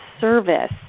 service